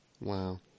Wow